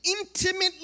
intimately